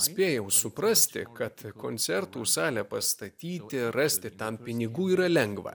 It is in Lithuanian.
spėjau suprasti kad koncertų salę pastatyti rasti tam pinigų yra lengva